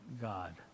God